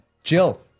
Jill